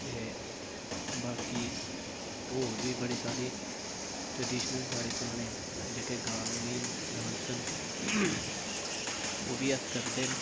ते बाकी होर बी बड़े सारी ट्रडिशनल साढ़े बड़े पराने जेह्के गाग न डांस न ओह् बी अस करदे न